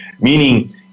Meaning